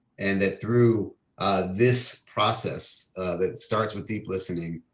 and that through this process that starts with deep listening,